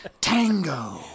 Tango